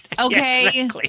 Okay